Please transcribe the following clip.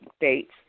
dates